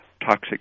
toxic